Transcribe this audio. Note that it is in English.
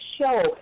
show